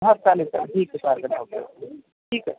हं चालेल चालेल ठीक आहे काय हरकत नाय ओ के ओ के ठीक आहे